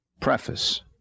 Preface